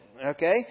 Okay